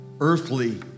earthly